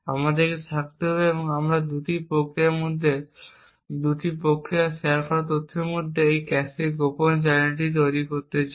আমাদের থাকতে পারে এবং আমরা এই 2টি প্রক্রিয়ার মধ্যে 2টি প্রক্রিয়া এবং শেয়ার করা তথ্যের মধ্যে এই ক্যাশে গোপন চ্যানেল তৈরি করতে চাই